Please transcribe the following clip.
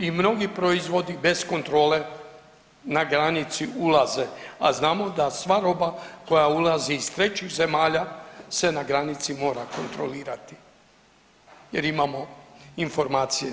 i mnogi proizvodi bez kontrole na granici ulaze, a znamo da sva roba koja ulazi iz trećih zemalja se na granici mora kontrolirati jer imamo informacije.